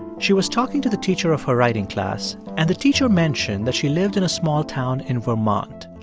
she was talking to the teacher of her writing class, and the teacher mentioned that she lived in a small town in vermont.